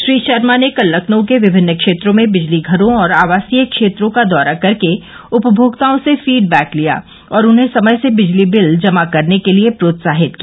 श्री शर्मा ने कल लखनऊ के विमिन्न क्षेत्रों में बिजली घरों और आवासीय क्षेत्रों का दौरा कर उपमोक्ताओं से फीड बैक लिया और उन्हें समय से बिल जमा करने के लिये प्रोत्साहित किया